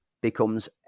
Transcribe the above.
becomes